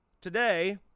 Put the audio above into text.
today